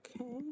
okay